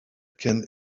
can